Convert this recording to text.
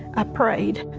i prayed.